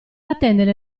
attendere